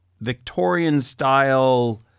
Victorian-style